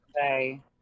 say